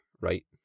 right